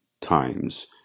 times